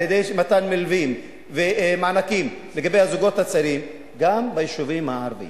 על-ידי מתן מלווים ומענקים לזוגות הצעירים גם ביישובים הערביים.